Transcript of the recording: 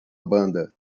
banda